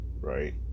right